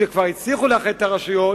שכבר הצליחו לאחד את הרשויות,